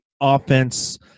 offense